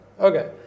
Okay